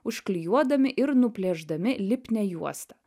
užklijuodami ir nuplėšdami lipnią juostą